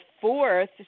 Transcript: fourth